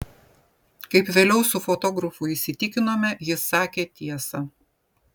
kaip vėliau su fotografu įsitikinome jis sakė tiesą